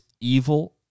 evil